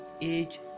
age